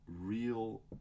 real